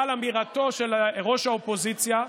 אבל אמירתו של ראש האופוזיציה,